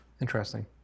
interesting